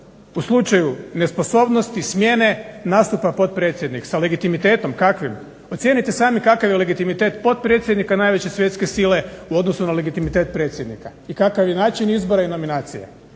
U slučaju nesposobnosti, smijene nastupa potpredsjednik, sa legitimitetom, kakvim? Ocijenite sami kakav je legitimitet potpredsjednika najveće svjetske sile u odnosu na legitimitet predsjednika i kakav je način izbora i nominacije.